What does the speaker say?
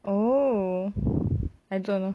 oh